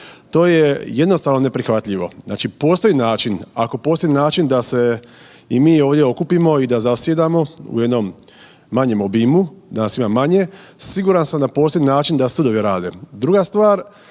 to je jednostavno neprihvatljivo. Znači postoji način, ako postoji način da se i mi ovdje okupimo i da zasjedamo u jednom manjem obimu, da nas ima manje, siguran sam da postoji način da sudovi rade. Druga stvar,